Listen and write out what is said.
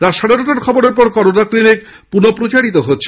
রাত সাড়ে নটার খবরের পর করোনা ক্লিনিক পুনঃসম্প্রচারিত হচ্ছে